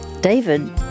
David